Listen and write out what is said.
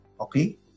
okay